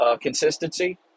consistency